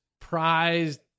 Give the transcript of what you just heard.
prized